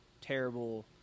terrible